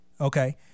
Okay